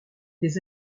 des